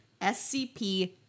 scp